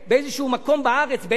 ויגידו לכולם: תלכו לשם.